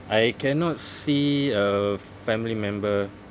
I cannot see a family member